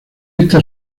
esta